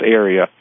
area